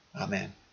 Amen